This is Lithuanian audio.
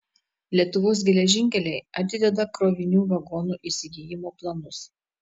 lietuvos geležinkeliai atideda krovinių vagonų įsigijimo planus